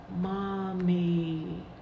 mommy